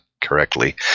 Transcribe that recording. correctly